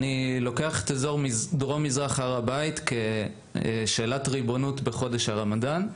אני לוקח את אזור דרום מזרח הר הבית כשאלת ריבונות בחודש הרמדאן.